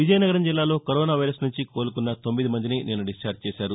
విజయనగరం జిల్లాలో corona virus నుంచి కోలుకున్న తొమ్మిది మందిని నిన్న డిశ్చార్ల్ చేశారు